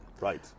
Right